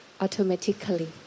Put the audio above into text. automatically